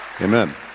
Amen